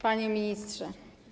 Panie Ministrze!